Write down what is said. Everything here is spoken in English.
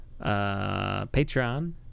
Patreon